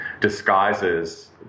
disguises